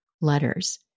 letters